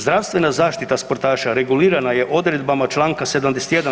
Zdravstvena zaštita sportaša regulirana je odredbama čl. 71.